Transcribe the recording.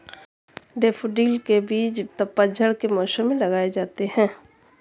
daffodil के बीज पतझड़ के मौसम में लगाए जाते हैं